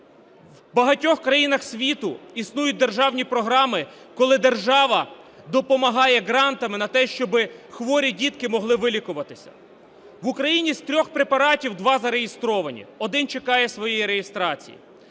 В багатьох країнах світу існують державні програми, коли держава допомагає грантами на те, щоб хворі дітки могли вилікуватись. В Україні з трьох препаратів два зареєстровані, один чекає своєї реєстрації.